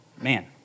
Man